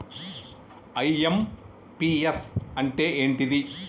IMPS అంటే ఏంటిది?